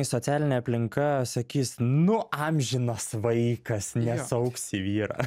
socialinė aplinka sakys nu amžinas vaikas nesuaugs į vyrą